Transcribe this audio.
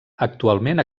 actualment